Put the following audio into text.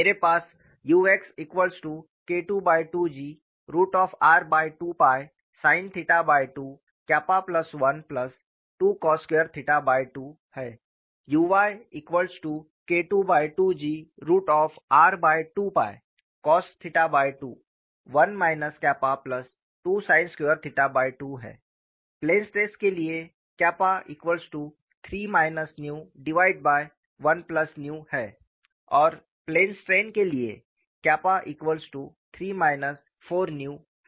मेरे पास uxKII2Gr2sin212cos22 uyKII2Gr2cos21 2sin22 plane stress के लिए 3 1 और प्लेन स्ट्रेन के लिए 3 4 है